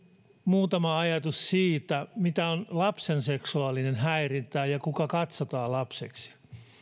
muutama ajatus siitä mitä on lapsen seksuaalinen häirintä ja kuka katsotaan lapseksi ainakin